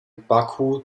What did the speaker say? baku